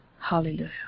hallelujah